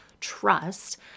trust